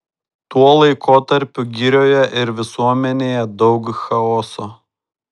tuo laikotarpiu girioje ir visuomenėje daug chaoso